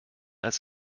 als